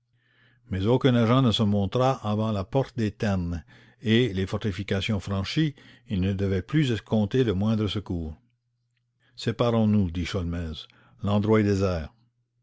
mais aucun agent ne se montra avant la porte des ternes et les fortifications franchies ils ne devaient plus escompter le moindre secours séparons-nous dit sholmès l'endroit